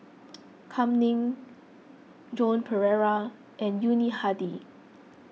Kam Ning Joan Pereira and Yuni Hadi